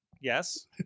Yes